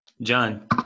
John